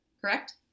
correct